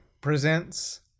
presents